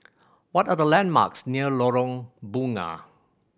what are the landmarks near Lorong Bunga